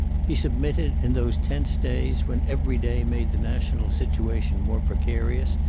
he submitted, in those tense days when every day made the national situation more precarious,